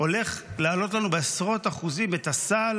הולך להעלות לנו בעשרות אחוזים את הסל